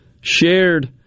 shared